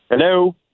Hello